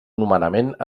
nomenament